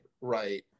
right